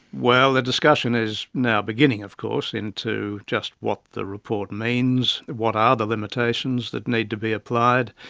well, the discussion is now beginning of course into just what the report means, what are the limitations that need to be applied,